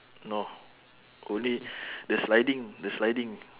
no only the sliding the sliding